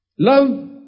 Love